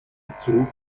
bezug